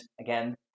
again